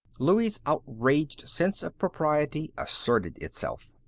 louie's outraged sense of propriety asserted itself.